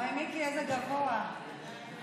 אדוני היושב-ראש, האמת